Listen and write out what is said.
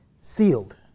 sealed